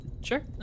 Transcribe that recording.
Sure